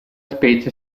specie